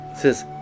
says